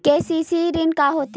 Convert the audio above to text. KCC ऋण का होथे?